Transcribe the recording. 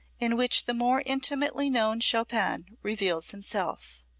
in which the more intimately known chopin reveals himself.